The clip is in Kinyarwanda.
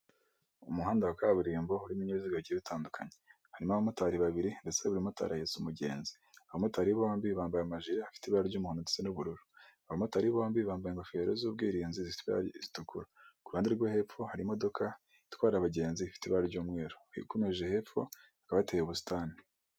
Umuhanda wa kaburimbo harimo ibibinyabiziga bigiye bitandukanye, harimo abamotari babiri ndetse buri mu motari ahetse umugenzi, abamotari bombi bambaye amajire afite ibara ry'umuhodo ndetse n'ubururu, abamotari bombi bambaye ingofero z'ubwirinzi zitukura, ku ruhande rwo hepfo hari imodoka itwara abagenzi ifite ibara ry'umweru ukomeje hepfo hakaba hateye ubusitani.